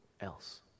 else